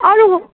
अरू